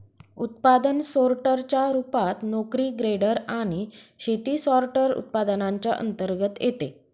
उत्पादन सोर्टर च्या रूपात, नोकरी ग्रेडर आणि शेती सॉर्टर, उत्पादनांच्या अंतर्गत येते